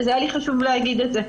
היה לי חשוב להגיד את זה.